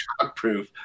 shockproof